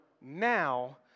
now